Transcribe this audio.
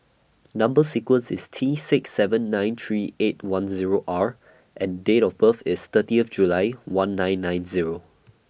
Number sequence IS T six seven nine three eight one Zero R and Date of birth IS thirty July one nine nine Zero